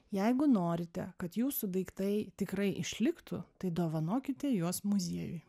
jeigu norite kad jūsų daiktai tikrai išliktų tai dovanokite juos muziejui